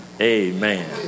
Amen